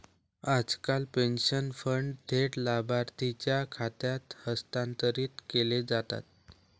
आजकाल pension fund थेट लाभार्थीच्या खात्यात हस्तांतरित केले जातात